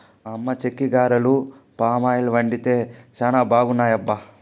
మా అమ్మ చెక్కిగారెలు పామాయిల్ వండితే చానా బాగున్నాయబ్బా